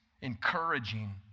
Encouraging